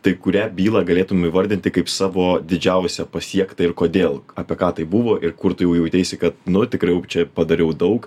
tai kurią bylą galėtum įvardinti kaip savo didžiausią pasiektą ir kodėl apie ką tai buvo ir kur tu jau jauteisi kad nu tikrai jau čia padariau daug